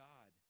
God